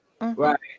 right